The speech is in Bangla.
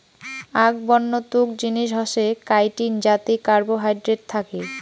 আক বন্য তুক জিনিস হসে কাইটিন যাতি কার্বোহাইড্রেট থাকি